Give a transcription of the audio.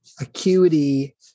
acuity